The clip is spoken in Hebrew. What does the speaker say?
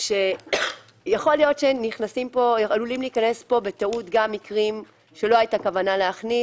יכול להיות שנכנסים פה בטעות גם מקרים שלא הייתה כוונה להכניס